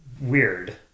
weird